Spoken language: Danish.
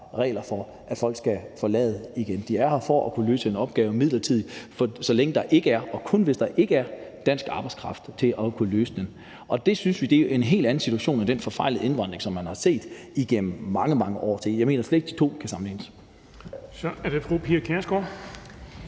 regler for, at folk skal forlade landet igen. De er her for at løse en opgave midlertidigt, og det er kun, hvis der ikke er dansk arbejdskraft til at løse den. Det synes vi er en helt anden situation end den forfejlede indvandring, som vi har set igennem mange, mange år. Jeg mener slet ikke, at de to ting kan sammenlignes. Kl. 15:45 Den fg. formand